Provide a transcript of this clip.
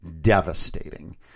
devastating